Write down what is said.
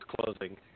closing